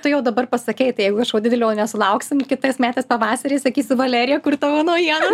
tu jau dabar pasakei tai jeigu kažko didelio nesulauksim kitais metais pavasarį sakysiu valerija kur tavo naujiena